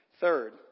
Third